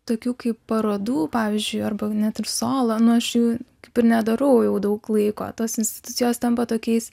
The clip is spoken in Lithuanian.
tokių kaip parodų pavyzdžiui arba net ir solo nu aš jų kaip ir nedarau jau daug laiko tos institucijos tampa tokiais